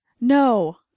No